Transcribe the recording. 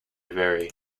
vary